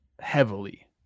heavily